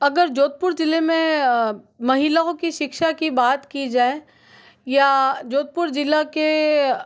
अगर जोधपुर ज़िले में महिलाओं की शिक्षा की बात की जाए या जोधपुर ज़िले के